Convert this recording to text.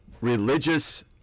religious